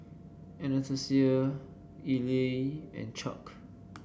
Anastasia Elie and Chuck